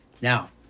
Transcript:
Now